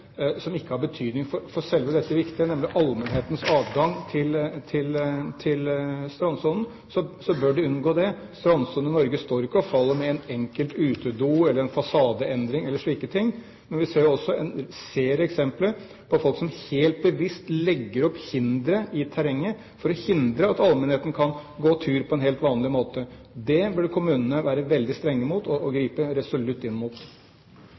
som ikke har betydning for selve dette viktige, nemlig allmennhetens adgang til strandsonen, bør offentlige myndigheter unngå. Strandsonen i Norge står og faller ikke med en enkelt utedo eller en fasadeendring eller slike ting, men vi ser også en serie eksempler på folk som helt bevisst legger opp hindre i terrenget for å hindre at allmennheten kan gå tur på en helt vanlig måte. Det burde kommunene være veldig strenge mot og gripe resolutt inn mot.